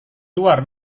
luar